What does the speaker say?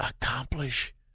accomplish